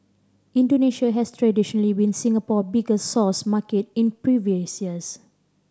Indonesia has traditionally been Singapore biggest source market in previous years